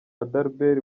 adalbert